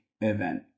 event